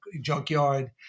junkyard